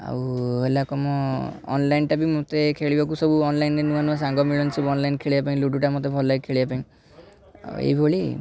ଆଉ ହେଲା ଅନଲାଇନ୍ଟା ବି ମୋତେ ଖେଳିବାକୁ ସବୁ ଅନଲାଇନ୍ରେ ସବୁ ନୂଆ ନୂଆ ସାଙ୍ଗ ମିଳନ୍ତି ସବୁ ଅନଲାଇନ୍ ଖେଳିବା ପାଇଁ ଲୁଡ଼ୁଟା ମୋତେ ଭଲ ଲାଗେ ଖେଳିବା ପାଇଁ ଆଉ ଏଇଭଳି